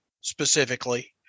specifically